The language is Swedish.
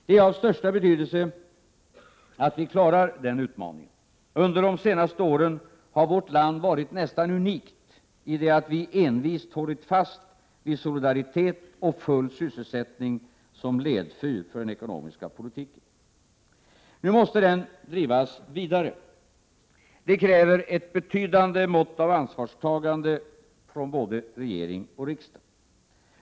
Det är av största betydelse att vi klarar denna utmaning. Under de senaste åren har vårt land varit nästan unikt i det att vi envist hållit fast vid solidaritet och full sysselsättning som ledfyr för den ekonomiska politiken. Nu måste den politiken drivas vidare. Det kräver ett betydande mått av ansvarstagande av både regering och riksdag.